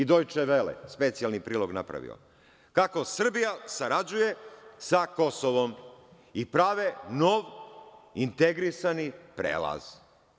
I „Dojče vele“ je napravio specijalni prilog kako Srbija sarađuje sa Kosovom, i prave nov, integrisani prelaz.